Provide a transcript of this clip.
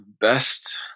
Best